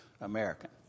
American